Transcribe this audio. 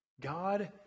God